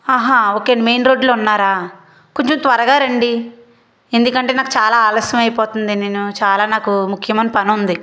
ఆహా okay main రోడ్లోనే ఉన్నారా కొంచెం త్వరగా రండి ఎందుకంటే నాకు చాలా ఆలస్యం అయిపోతుంది నేను చాలా నాకు ముఖ్యమైన పని ఉంది